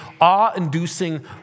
awe-inducing